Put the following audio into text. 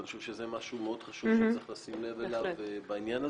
ואני חושב שזה משהו מאוד חשוב שצריך לשים אליו בעניין הזה.